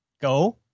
Go